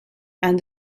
and